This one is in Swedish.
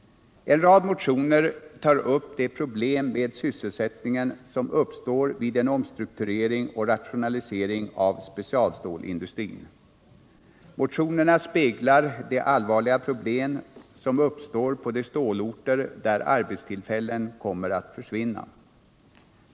En rad motioner tar upp de problem med sysselsättningen som uppstår vid en omstrukturering och rationalisering av specialstålindustrin. Motionerna speglar de allvarliga problem som uppstår på de stålorter där arbetstillfällen kommer att försvinna.